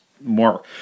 more